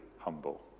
humble